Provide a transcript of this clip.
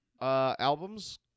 Albums